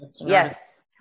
yes